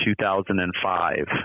2005